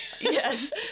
Yes